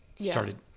started